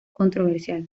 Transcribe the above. controversial